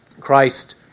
Christ